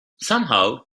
somehow